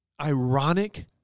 ironic